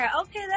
Okay